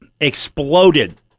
Exploded